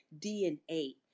DNA